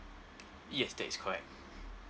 yes that is correct